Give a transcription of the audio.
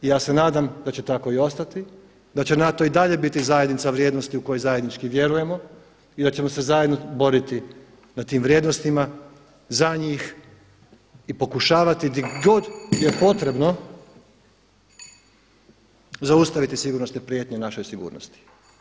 I ja se nadam da će tako i ostati, da će NATO i dalje biti zajednica vrijednosti u kojoj zajednički vjerujemo i da ćemo se zajedno boriti na tim vrijednostima za njih i pokušavati gdje god je potrebno zaustaviti sigurnosne prijetnje našoj sigurnosti.